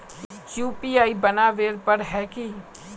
UPI बनावेल पर है की?